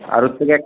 আর ওর থেকে এক